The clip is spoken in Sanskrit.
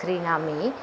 क्रीणामि